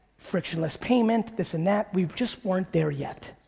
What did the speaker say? frictionless payment, this and that. we just weren't there yet.